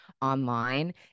online